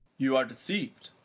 you are deceived,